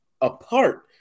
apart